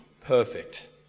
perfect